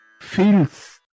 feels